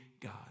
God